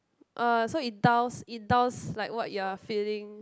uh so it dulls it dulls like what you are feeling